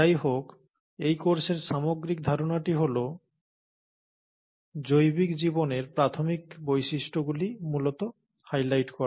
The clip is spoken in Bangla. যাইহোক এই কোর্সের সামগ্রিক ধারণাটি হল জৈবিক জীবনের প্রাথমিক বৈশিষ্ট্যগুলি মূলত হাইলাইট করা